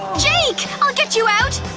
jake! i'll get you out